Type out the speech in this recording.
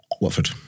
Watford